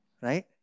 right